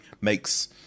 makes